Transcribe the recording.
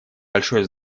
большое